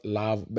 love